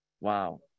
wow